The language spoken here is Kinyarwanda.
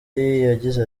yagize